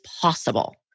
possible